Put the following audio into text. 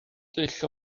dull